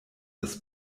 das